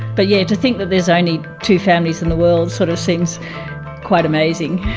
but yes, to think that there's only two families in the world sort of seems quite amazing.